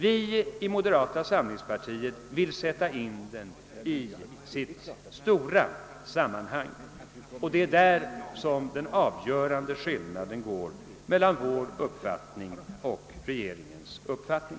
Vi inom moderata samlingspartiet vill sätta in den i sitt stora sammanhang. Det är detta som är den avgörande skillnaden mellan vår uppfattning och regeringens uppfattning.